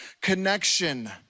connection